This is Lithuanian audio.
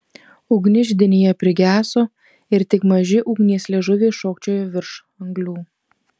ugnis židinyje prigeso ir tik maži ugnies liežuviai šokčiojo virš anglių